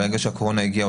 ברגע שהקורונה הגיעה,